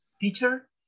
teacher